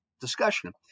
discussion